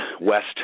west